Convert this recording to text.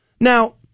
Now